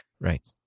Right